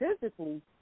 physically